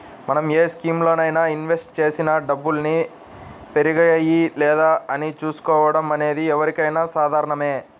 మనం ఏ స్కీములోనైనా ఇన్వెస్ట్ చేసిన డబ్బుల్ని పెరిగాయా లేదా అని చూసుకోవడం అనేది ఎవరికైనా సాధారణమే